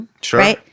Sure